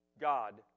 God